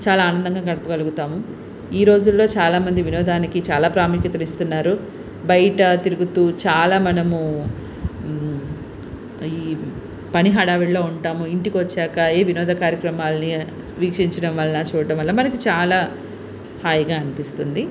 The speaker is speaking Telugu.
చాలా ఆనందంగా గడపగలుగుతాము ఈ రోజులలో చాలా మంది వినోదానికి చాలా ప్రాముఖ్యతను ఇస్తున్నారు బయట తిరుగుతు చాలా మనము ఈ పని హడావిడిలో ఉంటాము ఇంటికి వచ్చాక ఈ వినోద కార్యక్రమాలని వీక్షించడం వలన చూడడం వలన మనకు చాలా హాయిగా అనిపిస్తుంది